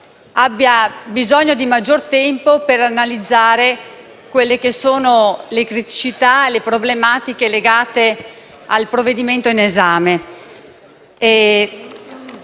abbiano bisogno di maggior tempo per analizzare le criticità alle problematiche legate al provvedimento in esame.